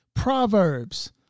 Proverbs